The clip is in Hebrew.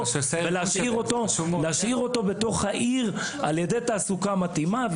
ולהשאיר אותו בתוך העיר על ידי תעסוקה מתאימה,